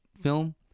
film